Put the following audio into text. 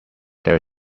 there